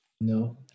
No